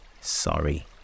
sorry